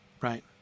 right